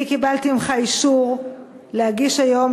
אני קיבלתי ממך אישור להגיש היום,